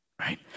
right